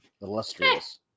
illustrious